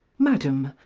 madam,